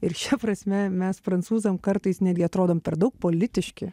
ir šia prasme mes prancūzam kartais netgi atrodom per daug politiški